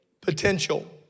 potential